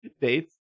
dates